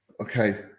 okay